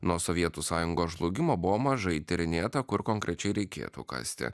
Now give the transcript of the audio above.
nuo sovietų sąjungos žlugimo buvo mažai tyrinėta kur konkrečiai reikėtų kasti